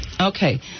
Okay